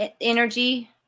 energy